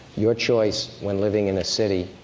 your choice, when living in a city,